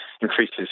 Increases